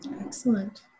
Excellent